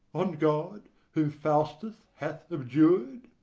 on god, whom faustus hath abjured!